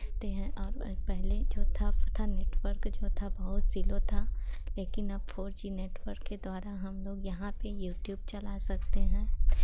ते हैं और पहले जो था वो था नेटवर्क जो था बहुत स्लो था लेकिन अब फोर जी नेटवर्क के द्वारा हम लोग यहाँ पे यूट्यूब चला सकते हैं